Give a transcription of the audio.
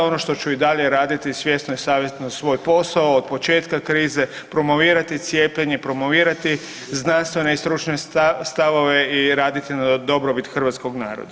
Ono što ću i dalje raditi svjesno i savjesno svoj posao od početka krize, promovirati cijepljenje, promovirati znanstvene i stručne stavove i raditi na dobrobit hrvatskog naroda.